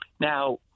Now